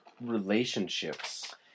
relationships